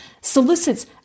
solicits